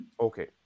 Okay